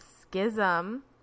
schism